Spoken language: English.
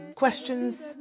questions